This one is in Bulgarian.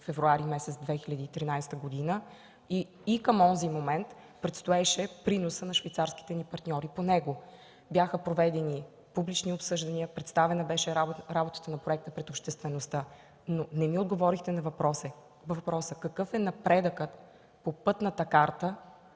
февруари месец 2013 г. и към онзи момент предстоеше приносът на швейцарските ни партньори по него. Бяха проведени публични обсъждания, представена беше работата на проекта пред обществеността. Но не ми отговорихте на въпроса: какъв е напредъкът по Пътната карта